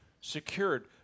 secured